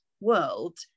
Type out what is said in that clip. world